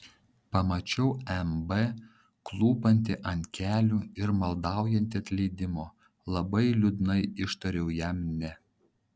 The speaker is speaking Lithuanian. pamačiau mb klūpantį ant kelių ir maldaujantį atleidimo labai liūdnai ištariau jam ne